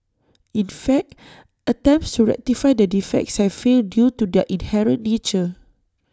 in fact attempts to rectify the defects have failed due to their inherent nature